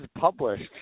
published